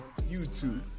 YouTube